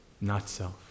not-self